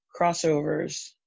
crossovers